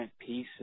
pieces